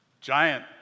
giant